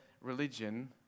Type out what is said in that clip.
religion